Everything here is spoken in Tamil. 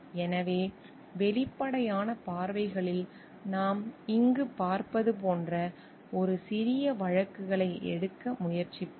எனவே வெளிப்படையான பார்வைகளில் நாம் இங்கு பார்ப்பது போன்ற ஒரு சிறிய வழக்குகளை எடுக்க முயற்சிப்போம்